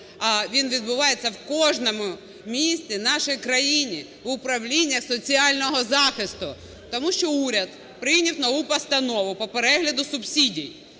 він відбувається у кожному місті нашої країни, в управліннях соціального захисту, тому що уряд прийняв нову постанову по перегляду субсидій.